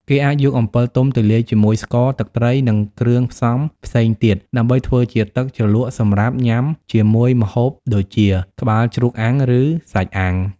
គេអាចយកអំពិលទុំទៅលាយជាមួយស្ករ ទឹកត្រី និងគ្រឿងផ្សំផ្សេងទៀតដើម្បីធ្វើជាទឹកជ្រលក់សម្រាប់ញ៉ាំជាមួយម្ហូបដូចជា ក្បាលជ្រូកអាំង ឬ សាច់អាំង។